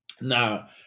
now